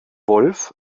wolff